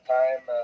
time